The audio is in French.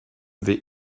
vais